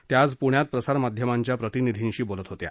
त्या आज पुण्यात प्रसारमाध्यमांच्या प्रतिनिधींशी बोलत होत्या